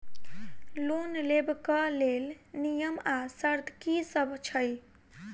Loan लेबऽ कऽ लेल नियम आ शर्त की सब छई?